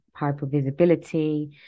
hypervisibility